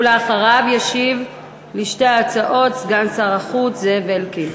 אחריו, ישיב על שתי ההצעות סגן שר החוץ זאב אלקין.